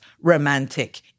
romantic